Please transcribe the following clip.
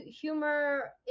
humor